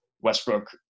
Westbrook